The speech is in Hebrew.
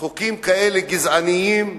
חוקים כאלה גזעניים,